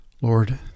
Lord